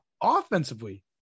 Offensively